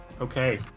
Okay